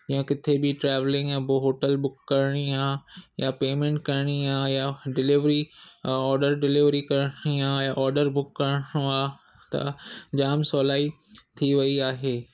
या किथे बि ट्रॅवलींग या बु होटल बुक करिणी आहे या पेमेंट करिणी आहे या डिलेवरी ऑडर डिलेवरी करिणी आहे या ऑडर बुक करिणो आहे त जामु सवलाई थी वेई आहे